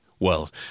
world